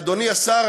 אדוני השר,